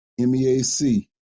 MEAC